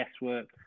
guesswork